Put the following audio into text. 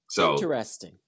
Interesting